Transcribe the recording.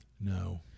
No